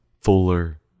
Fuller